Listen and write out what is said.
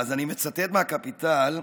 אז אני מצטט מ"הקפיטל".